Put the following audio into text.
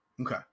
Okay